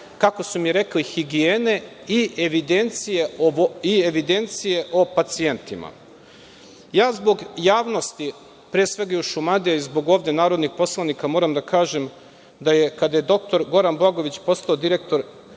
kako su mi rekli, higijene i evidencije o pacijentima. Ja zbog javnosti pre svega i Šumadije i zbog ovde narodnih poslanika moram da kažem da je kada je doktor Goran Blagojević postao direktor